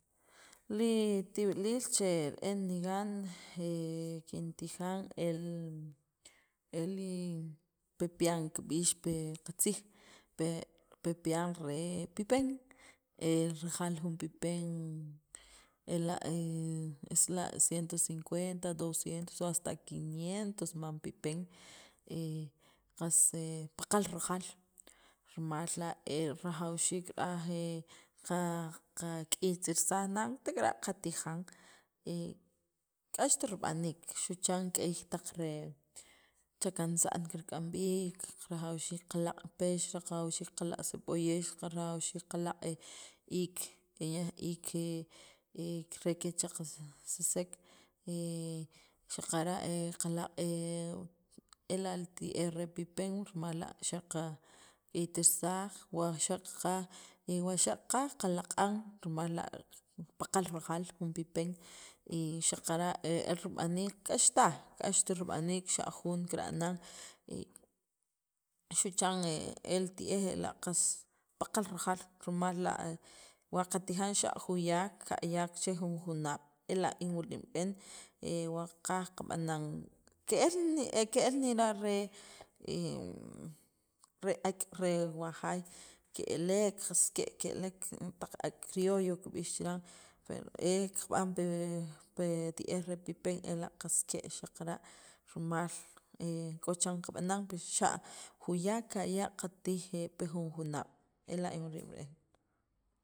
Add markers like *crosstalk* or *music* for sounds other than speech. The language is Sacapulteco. li tib'iliil che re'en nigan kintijan el el li pepián kib'ix pi qatzij pepián re pipen *hesitation* rajal jun pipen ela' *hesitation* es la' ciento cincuenta doscientos hasta quinientos mam pipen *hesitation* qs paqal rajaal rimal la' e rajwxiik ra'aj *hesitation* qa qak'iytisaj nan tek'ara' qatijan *hesitation* k'axt rib'aniik xu' chan k'ey taq re richakansa'n kirk'am b'iik rajawxiik qalaq' pex, rajawxiik kalaq' siboyex rajawxiik qalaq' iik e nik'yaj iik re kichaqajsisek *hesitation* xaqara' qalaq' *hesitation* ela' li ti'ej re pipen rimal la xa' qak'iytisaj wa xa' qaqaj qalaq'an rimal la' paqal rajaal jun pipen y xaqara' *hesitation* rib'aniik k'ax taj k'axt rib'aniik xa' jun kirb'aan xu' chan e li ti'ej qaspaqal rajal rimal la wa qatijan xa' juyaak ka'yaak che jun junaab' ela' inwilim re'en wa qaqaj ke'l ne ke'el nera' re *hesitation* re ak', re wajaay ke'elek qas ke' ke'elek taq ak' criollo kib'ix chiran pero e kab'an pi pi ti'ej re pipen ela' qas ke' xaqara' rimal k'o chiran qaqanan xa' juyak ka'yak katij pi jun junaab'.